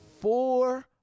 four